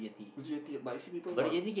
but I see people !wah!